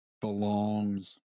belongs